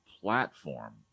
platform